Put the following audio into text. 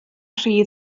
rhy